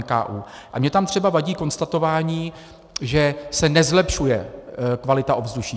A mně tam třeba vadí konstatování, že se nezlepšuje kvalita ovzduší.